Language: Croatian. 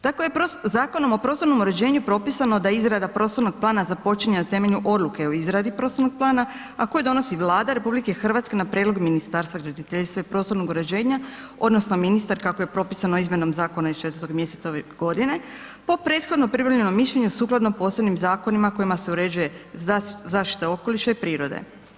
Tako je Zakonom o prostornom uređenju propisano da izrada prostornog plana za započinje na temelju odluke o izradi prostornog plana a koje donosi Vlada RH na prijedlog Ministarstva graditeljstva i prostornog uređenja odnosno ministar kako je propisano izmjenom zakona iz 4 mj. ove godine po prethodno pribavljenom mišljenju sukladno posebnim zakonima kojima se uređuje zaštita okoliša i prirode.